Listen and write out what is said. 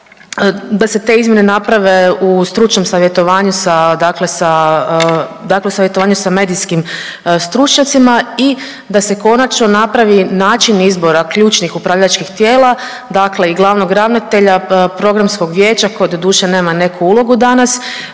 savjetovanju sa, dakle sa, dakle savjetovanju sa medijskim stručnjacima i da se konačno napravi način izbora ključnih upravljačkih tijela, dakle i glavnog ravnatelja, programskog vijeća koje doduše nema neku ulogu danas